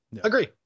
Agree